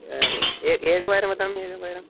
ए एकवारं वदामि एकवारं